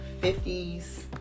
50s